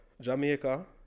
Jamaica